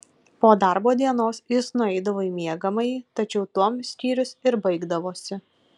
po darbo dienos jis nueidavo į miegamąjį tačiau tuom skyrius ir baigdavosi